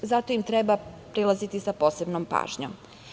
Zato im treba prilaziti sa posebnom pažnjom.